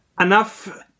enough